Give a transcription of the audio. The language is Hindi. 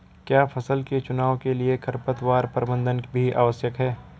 क्या फसल के चुनाव के लिए खरपतवार प्रबंधन भी आवश्यक है?